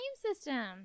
system